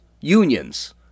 unions